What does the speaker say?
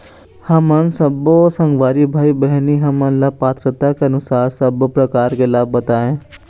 हमन सब्बो संगवारी भाई बहिनी हमन ला पात्रता के अनुसार सब्बो प्रकार के लाभ बताए?